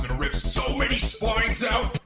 rip so many spines out.